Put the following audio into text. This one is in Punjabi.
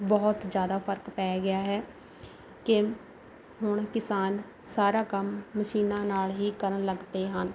ਬਹੁਤ ਜ਼ਿਆਦਾ ਫ਼ਰਕ ਪੈ ਗਿਆ ਹੈ ਕਿ ਹੁਣ ਕਿਸਾਨ ਸਾਰਾ ਕੰਮ ਮਸ਼ੀਨਾਂ ਨਾਲ ਹੀ ਕਰਨ ਲੱਗ ਪਏ ਹਨ